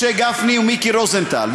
משה גפני ומיקי רוזנטל,